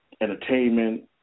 entertainment